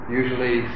usually